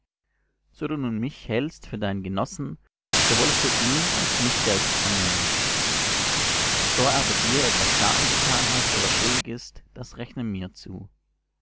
so du nun mich hältst für deinen genossen so wollest du ihn als mich selbst annehmen so er aber dir etwas schaden getan hat oder schuldig ist das rechne mir zu